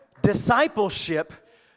discipleship